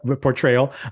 portrayal